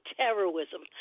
terrorism